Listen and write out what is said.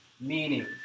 meaning